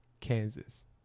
Kansas